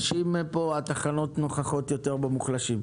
התחנות נוכחות יותר אצל המוחלשים.